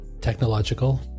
Technological